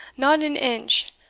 not an inch,